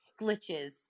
glitches